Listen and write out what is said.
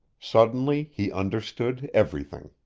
suddenly he understood everything.